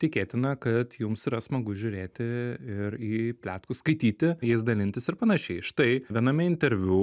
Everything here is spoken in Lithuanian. tikėtina kad jums yra smagu žiūrėti ir į pletkus skaityti jais dalintis ir panašiai štai viename interviu